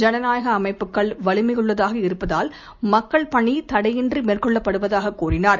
ஜனநாயக அமைப்புகள் வலிமையுள்ளதாக இருப்பதால் மக்கள் பணி தடையின்றி மேற்கொள்ளப்படுவதாக கூறினார்